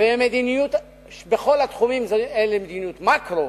והמדיניות בכל התחומים היא מדיניות מקרו,